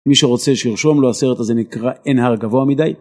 מי שרוצה שירשום לו הסרט הזה נקרא אין הר גבוה מדי.